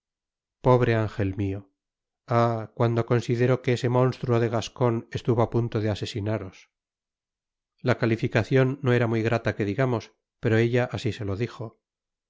pobre ángel mio ah cuando considero que ese monstruo de gascon estuvo á punto de asesinaros la calificacion no era muy grata que digamos pero ella asi se lo dijo